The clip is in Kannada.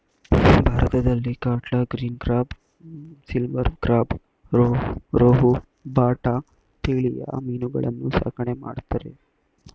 ಭಾರತದಲ್ಲಿ catla, green carp, silver carp, rohu, bata ತಳಿಯ ಮೀನುಗಳನ್ನು ಸಾಕಣೆ ಮಾಡ್ತರೆ